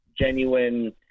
genuine